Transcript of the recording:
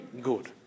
good